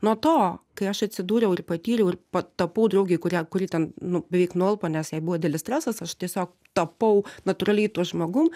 nuo to kai aš atsidūriau ir patyriau ir patapau draugei kurią kuri ten nu beveik nualpo nes jai buvo didelis stresas aš tiesiog tapau natūraliai tuo žmogum